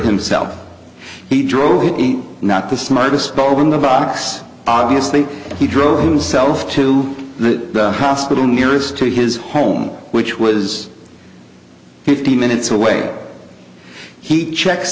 himself he drove he not the smartest bulb in the box obviously he drove himself to the hospital nearest to his home which was fifteen minutes away he checks